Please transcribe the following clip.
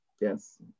yes